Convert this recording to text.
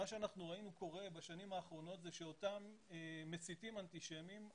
מה שראינו קורה בשנים האחרונות הוא שאותם מסיטים אנטישמיים,